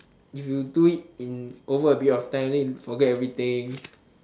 if you do it in over a period of time then you forget everything